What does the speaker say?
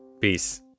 Peace